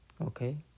Okay